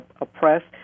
oppressed